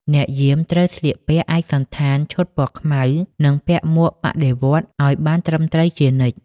អ្នកយាមត្រូវស្លៀកពាក់ឯកសណ្ឋានឈុតពណ៌ខ្មៅ និងពាក់មួកបដិវត្តន៍ឱ្យបានត្រឹមត្រូវជានិច្ច។